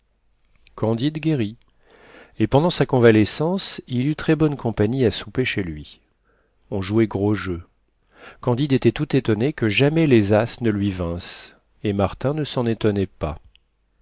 candide guérit et pendant sa convalescence il eut très bonne compagnie à souper chez lui on jouait gros jeu candide était tout étonné que jamais les as ne lui vinssent et martin ne s'en étonnait pas